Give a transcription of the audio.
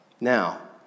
Now